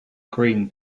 green